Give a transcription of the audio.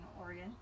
Oregon